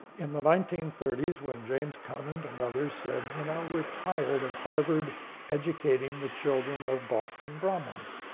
in the nineteen thirty s, when james conant and others said, you know, we're tired of harvard educating the children of boston brahmins